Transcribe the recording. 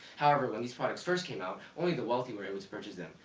however, when these products first came out, only the wealthy were able to purchase them.